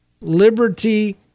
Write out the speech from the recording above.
Liberty